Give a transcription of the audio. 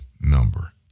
number